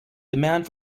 demand